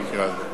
במקרה הזה.